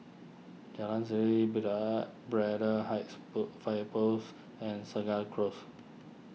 Jalan Serene bida Braddell Heights Po Fire Post and Segar Close